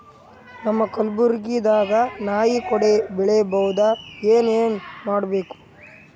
ನಮ್ಮ ಕಲಬುರ್ಗಿ ದಾಗ ನಾಯಿ ಕೊಡೆ ಬೆಳಿ ಬಹುದಾ, ಏನ ಏನ್ ಮಾಡಬೇಕು?